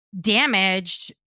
damaged